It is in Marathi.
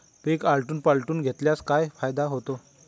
पीक आलटून पालटून घेतल्यास काय फायदा होतो?